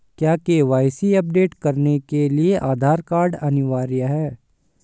क्या K Y C update करने के लिए आधार कार्ड अनिवार्य है?